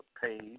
page